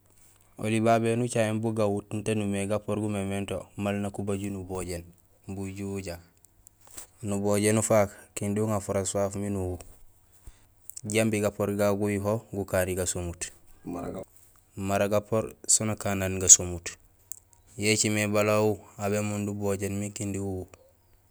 Oli babé néni ucaméén béjoow gawu tiin taan umimé gapoor gu mémééŋ to ùmaal nak ubajul nubojéén imbi uju uwu jak, nubojéén ufak kindi uŋa furaas fafu miin uwu jambi gapoor gagu guyuho gukani gasomut mara gapoor sin akaan aan gasomut yo écimé bala uwu aw bé munde ubojéén min kindi uwu.